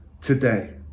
today